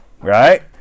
right